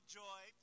joy